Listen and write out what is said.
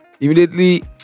immediately